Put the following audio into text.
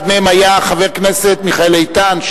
אחד מהם היה חבר הכנסת מיכאל איתן,